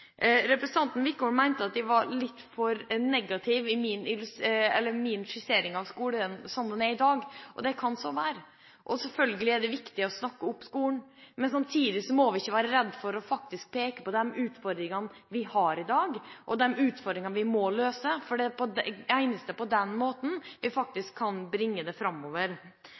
Representanten Wickholm mente at jeg var litt for negativ i min skissering av skolen som den er i dag – det kan så være. Selvfølgelig er det viktig å snakke opp skolen, men samtidig må vi ikke være redde for faktisk å peke på de utfordringene vi har i dag, og de utfordringene vi må løse, for det er den eneste måten vi faktisk kan bringe det framover